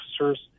officers